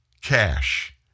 cash